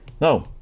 No